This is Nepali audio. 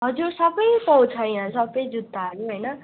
हजुर सबै पाउँछ या सबै जुत्ताहरू होइन